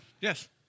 Yes